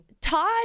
Todd